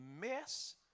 mess